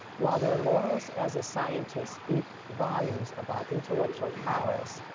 while their laurels as a scientist speak volumes about intellectual prowess,